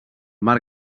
mar